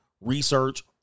research